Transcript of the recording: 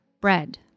bread